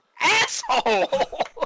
asshole